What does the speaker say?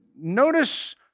notice